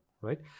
right